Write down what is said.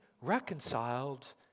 reconciled